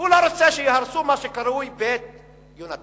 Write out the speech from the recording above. הוא לא רוצה שיהרסו את מה שקרוי "בית יהונתן".